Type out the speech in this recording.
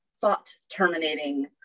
thought-terminating